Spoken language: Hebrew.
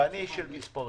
ואני איש של מספרים,